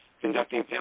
conducting